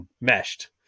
meshed